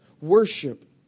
Worship